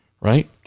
right